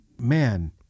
man